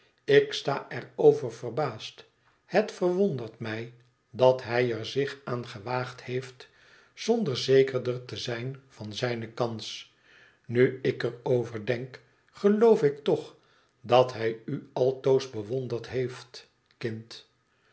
ik sta er over verbaasd het verwondert mij dat hij er zich aan gewaagd heeft zonder zekerder te zijn van zijne kans nu ik er over denk geloof ik toch dat hij u altoos bewonderd heeft kind